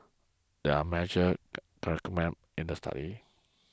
here are the majors in the study